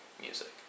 music